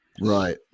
Right